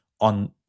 on